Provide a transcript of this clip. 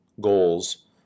goals